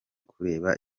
kureba